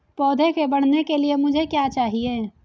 पौधे के बढ़ने के लिए मुझे क्या चाहिए?